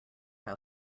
how